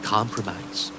Compromise